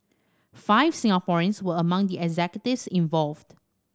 five Singaporeans were among the executives involved